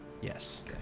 Yes